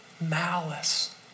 malice